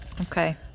Okay